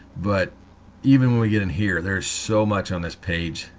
but even when we get in here there's so much on this page.